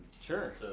Sure